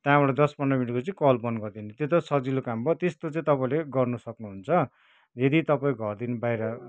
त्यहाँबाट दस पन्ध्र मिनटपछि कल बन्द गरिदिने त्यो त सजिलो काम भयो त्यस्तो चाहिँ तपाईँले गर्नु सक्नुहुन्छ यदि तपाईँ घरदेखि बाहिर